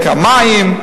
המים,